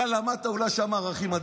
אתה למדת שם אולי ערכים.